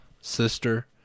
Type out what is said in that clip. sister